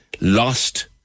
Lost